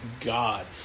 god